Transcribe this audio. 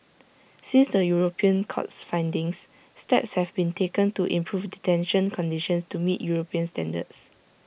since the european court's findings steps have been taken to improve detention conditions to meet european standards